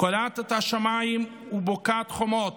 קורעת את השמיים ובוקעת חומות.